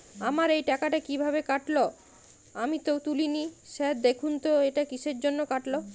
আমার এই টাকাটা কীভাবে কাটল আমি তো তুলিনি স্যার দেখুন তো এটা কিসের জন্য কাটল?